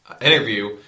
interview